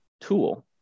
tool